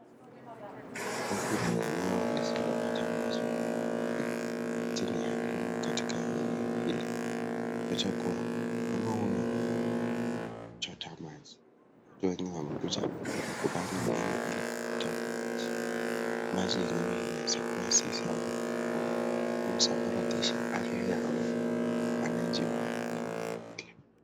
Huku jikeni walisi walipata maji kutoka kisima. Maji hayajumu katika eneo hili. Tunapata kuwa mama huyu amepaka maji kutoka chochata maji. Mwanamke huyu alikuja kubana laini ile kupata maji. Maji yenyewe yanaweza kuwa si safi kwa kunywa. Yeye husafaratisha afya yake mwanamke huyu yenyewe hili.